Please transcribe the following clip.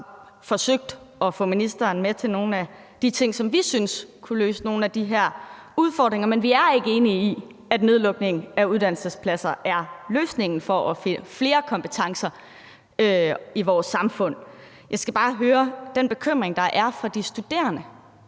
har forsøgt at få ministeren med til nogle af de ting, som vi synes kunne løse nogle af de her udfordringer, men vi er ikke enige i, at nedlukningen af uddannelsespladser er løsningen for at få flere kompetencer i vores samfund. Jeg skal bare høre: Hvad siger ministeren